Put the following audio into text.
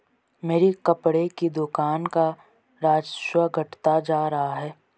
मेरी कपड़े की दुकान का राजस्व घटता जा रहा है